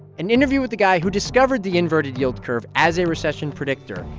an interview with the guy who discovered the inverted yield curve as a recession predictor,